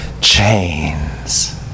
chains